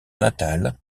natale